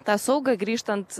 tą saugą grįžtant